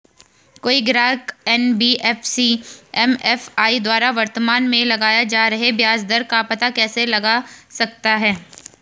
कोई ग्राहक NBFC MFI द्वारा वर्तमान में लगाए जा रहे ब्याज दर का पता कैसे लगा सकता है?